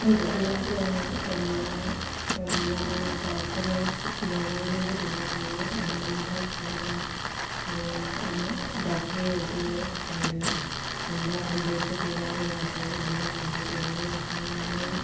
बिदिनो जोङो अनला अनला दाउफोराव मेउवाय बो होदेरनानै जायो अनला दाउ संनोबा नों ओ दाउखौ एवदो अनला गुन्दैखौ देनानै लादो अनला गुन्दै देनानै लाखांनानै